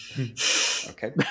Okay